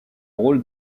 rôle